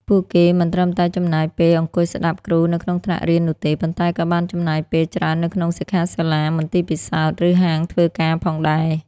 ពួកគេមិនត្រឹមតែចំណាយពេលអង្គុយស្តាប់គ្រូនៅក្នុងថ្នាក់រៀននោះទេ ប៉ុន្តែក៏បានចំណាយពេលច្រើននៅក្នុងសិក្ខាសាលា មន្ទីរពិសោធន៍ ឬហាងធ្វើការផងដែរ។